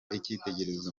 icyitegererezo